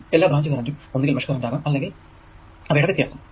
എല്ലാ ബ്രാഞ്ച് കറന്റും ഒന്നുകിൽ മെഷ് കറന്റ് ആകാം അല്ലെങ്കിൽ അവയുടെ വ്യത്യാസം